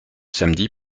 samedi